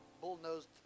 bull-nosed